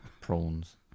prawns